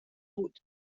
بود